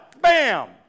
Bam